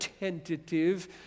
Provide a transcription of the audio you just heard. tentative